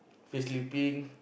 free sleeping